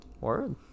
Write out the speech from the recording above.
Word